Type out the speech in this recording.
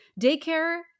Daycare